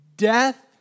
Death